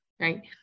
right